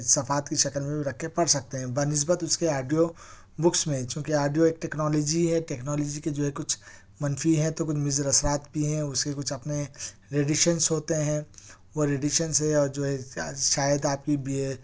صفحات کی شکل میں بھی رکھ کے پڑھ سکتے ہیں بہ نسبت اس کے آڈیو بکس میں چونکہ آڈیو ایک ٹیکنالوجی ہے ٹیکنالوجی کے جو ہے کچھ منفی ہیں تو کچھ مضر اثرات بھی ہیں اس کے کچھ اپنے ریڈیشنز ہوتے ہیں وہ ریڈیشنز ہے جو ہے شاید آپ کی بھی